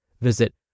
Visit